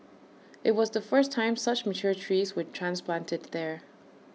IT was the first time such mature trees were transplanted there